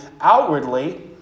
outwardly